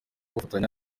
gufatanya